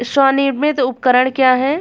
स्वनिर्मित उपकरण क्या है?